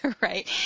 right